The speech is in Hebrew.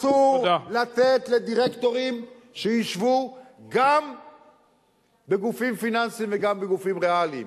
אסור לתת לדירקטורים לשבת גם בגופים פיננסיים וגם בגופים ריאליים.